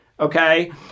Okay